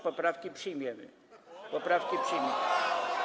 Poprawki przyjmiemy, poprawki przyjmiemy.